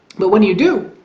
but when you do!